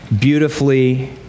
beautifully